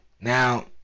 Now